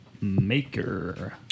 maker